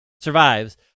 survives